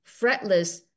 fretless